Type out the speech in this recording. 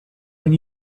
and